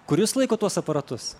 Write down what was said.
kur jūs laikot tuos aparatus